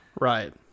right